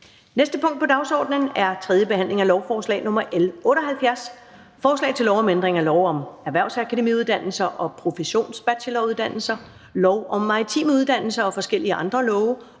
næste punkt på dagsordenen er: 12) 3. behandling af lovforslag nr. L 78: Forslag til lov om ændring af lov om erhvervsakademiuddannelser og professionsbacheloruddannelser, lov om maritime uddannelser og forskellige andre love